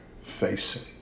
facing